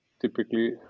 typically